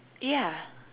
ya